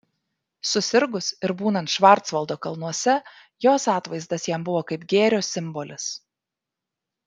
susirgus ir būnant švarcvaldo kalnuose jos atvaizdas jam buvo kaip gėrio simbolis